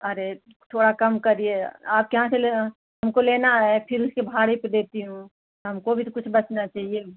अरे थोड़ा कम करिए आपके यहाँ से लेना हमको लेना है फिर उसके भाड़े पर देती हूँ हमको भी तो कुछ बचना चइए